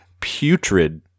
putrid-